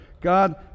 God